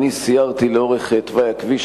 אני סיירתי לאורך תוואי הכביש,